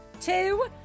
Two